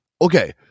Okay